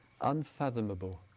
unfathomable